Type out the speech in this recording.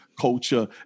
culture